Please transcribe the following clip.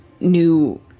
new